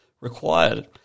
required